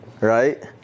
right